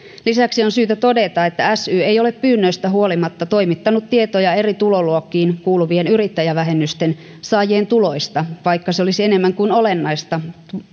lisäksi on syytä todeta että sy ei ole pyynnöistä huolimatta toimittanut tietoja eri tuloluokkiin kuuluvien yrittäjävähennysten saajien tuloista vaikka se olisi enemmän kuin olennaista